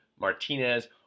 Martinez